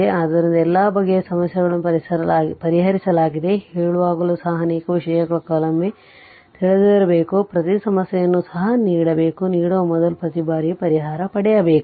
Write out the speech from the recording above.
ಆದ್ದರಿಂದ ಎಲ್ಲಾ ಬಗೆಯ ಸಮಸ್ಯೆಗಳನ್ನು ಪರಿಹರಿಸಲಾಗಿದೆ ಹೇಳುವಾಗಲೂ ಸಹ ಅನೇಕ ವಿಷಯಗಳು ಕೆಲವೊಮ್ಮೆ ತಿಳಿದಿರಬೇಕು ಪ್ರತಿ ಸಮಸ್ಯೆಯನ್ನು ಸಹ ನೀಡಬೇಕು ನೀಡುವ ಮೊದಲು ಪ್ರತಿ ಬಾರಿಯೂ ಪರಿಹಾರ ಪಡೆಯಬೇಕು